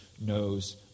knows